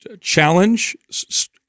challenge